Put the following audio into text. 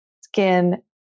skin